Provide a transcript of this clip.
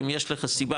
אם יש לך סיבה,